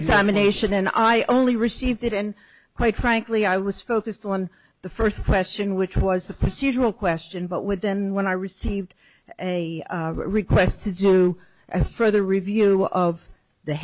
examination and i only received it and quite frankly i was focused on the first question which was the procedural question but would then when i received a request to do a further review of the